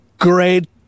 great